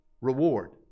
reward